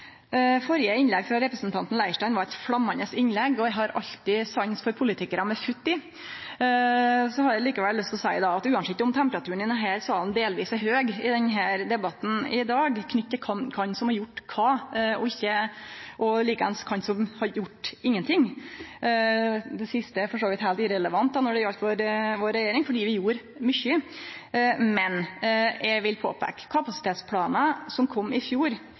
innlegg, av representanten Leirstein, var eit flammande innlegg, og eg har alltid sans for politikarar med futt i. Eg har likevel lyst til å peike på at sjølv om temperaturen i denne salen delvis er høg i debatten i dag knytt til kven som har gjort kva, og likeeins til kven som ikkje har gjort noko – det siste er for så vidt heilt irrelevant når det gjeld vår regjering, for vi gjorde mykje – er kapasitetsplanen som kom i fjor,